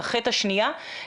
החי"ת השנייה,